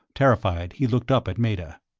terrified, he looked up at meta.